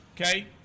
okay